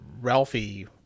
ralphie